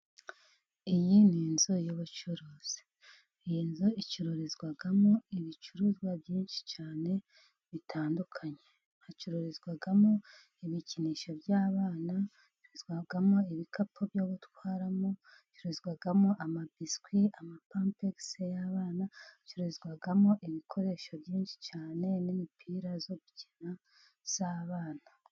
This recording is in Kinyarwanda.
Iyi ni inzu y'ubucuruzi iyi nzu icururizwamo ibicuruzwa byinshi cyane bitandukanye, hacururizwamo ibikinisho by'abana hacururizwamo ibikapu byo gutwaramo, hacururizwamo amabiswi, amapampegisi y'abana, hacururizwamo ibikoresho byinshi cyane n'imipira yo gukina y'abana.